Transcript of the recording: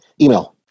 Email